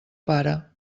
pare